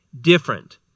different